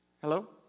Hello